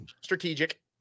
Strategic